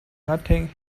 nothing